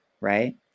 right